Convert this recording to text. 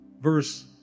verse